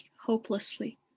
hopelessly